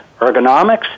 ergonomics